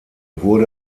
wurde